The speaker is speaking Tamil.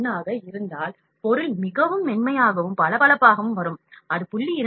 1 ஆக இருந்தால் பொருள் மிகவும் மென்மையாகவும் பளபளப்பாகவும் வரும் அது 0